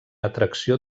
atracció